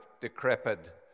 decrepit